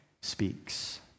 speaks